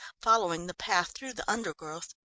following the path through the undergrowth.